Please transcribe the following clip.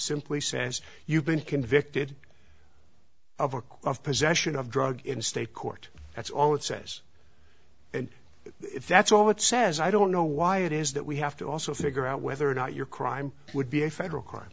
simply says you've been convicted of a quote possession of drug in state court that's all it says and if that's all it says i don't know why it is that we have to also figure out whether or not your crime would be a federal crime